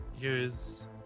use